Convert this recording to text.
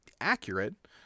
accurate